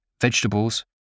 vegetables